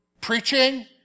preaching